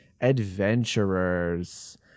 adventurers